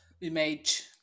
image